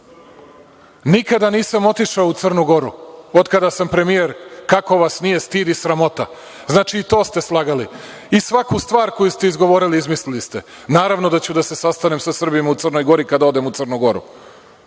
Nikada nisam otišao u Crnu Goru od kada sam premijer. Kako vas nije stid i sramota. Znači, i to ste slagali i svaku stvar koju ste izgovorili izmislili ste. Naravno da ću da se sastanem sa Srbima u Crnoj Gori kada odem u Crnu Goru.